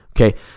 Okay